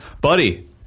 Buddy